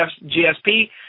GSP